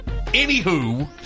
anywho